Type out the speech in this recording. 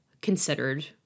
considered